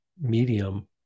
medium